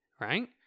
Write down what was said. right